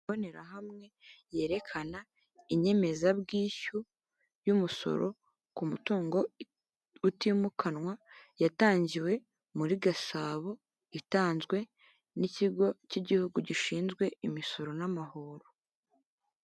Imbonerahamwe yerekana inyemezabwishyu y'umusoro ku mutungo utimukanwa. Yatangiwe muri Gasabo, itanzwe n'ikigo cy'igihugu gishinzwe imisoro n'amahooro.